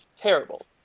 terrible